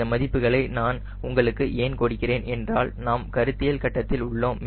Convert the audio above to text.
இந்த மதிப்புகளை நான் உங்களுக்கு ஏன் கொடுக்கிறேன் என்றால் நாம் கருத்தியல் கட்டத்தில் உள்ளோம்